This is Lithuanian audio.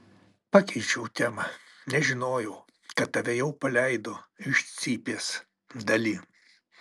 pakeičiau temą nežinojau kad tave jau paleido iš cypės dali